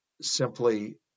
simply